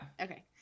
okay